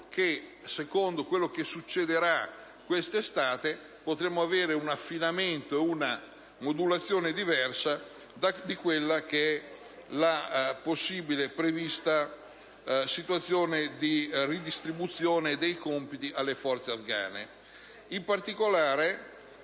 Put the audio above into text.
che, secondo quello che succederà la prossima estate, potremo avere un affinamento, una modulazione diversa della possibile prevista situazione di redistribuzione dei compiti alle forze afghane. In particolare,